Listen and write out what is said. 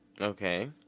Okay